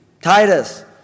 Titus